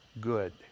good